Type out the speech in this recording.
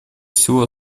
всего